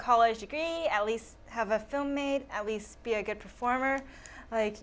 college degree at least have a film made at least be a good